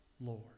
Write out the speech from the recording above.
Lord